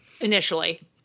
initially